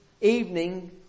evening